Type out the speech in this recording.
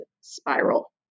spiral